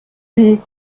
sie